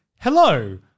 hello